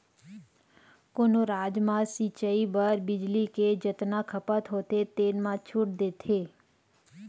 कोनो राज म सिचई बर बिजली के जतना खपत होथे तेन म छूट देथे